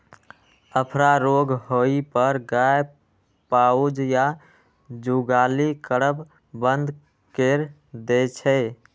अफरा रोग होइ पर गाय पाउज या जुगाली करब बंद कैर दै छै